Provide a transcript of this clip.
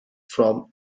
from